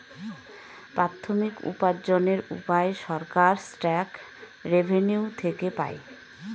প্রাথমিক উপার্জনের উপায় সরকার ট্যাক্স রেভেনিউ থেকে পাই